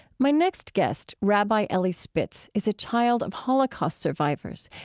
my next guest, rabbi elie spitz, is a child of holocaust survivors,